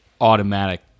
automatic